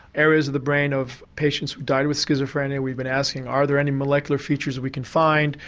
areas of the brain of patients who died with schizophrenia, we've been asking are there any molecular features we can find.